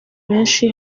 benshi